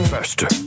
Faster